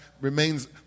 remains